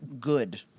good